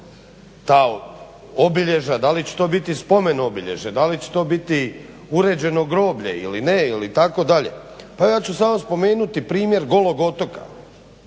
ta obilježja. Da li će to biti spomen obilježja, da li će to biti uređeno groblje ili ne itd. Pa ja ću samo spomenuti primjer golog otoka,